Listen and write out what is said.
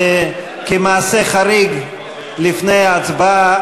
כמעשה חריג לפני ההצבעה,